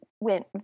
went